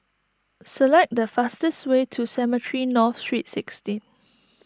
select the fastest way to Cemetry North Street sixteen